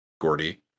Gordy